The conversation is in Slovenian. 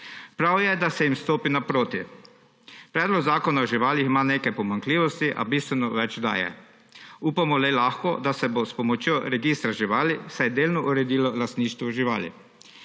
Prav je, da se jim stopi naproti. Predlog zakona o živalih ima nekaj pomanjkljivosti, a bistveno več daje. Le upamo lahko, da se bo s pomočjo registra živali vsaj delno uredilo lastništvo živali.